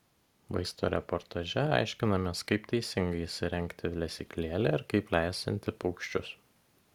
vaizdo reportaže aiškinamės kaip teisingai įsirengti lesyklėlę ir kaip lesinti paukščius